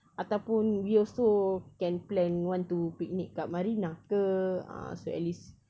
ataupun we also can plan want to picnic kat marina ke ah so at least